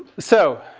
so,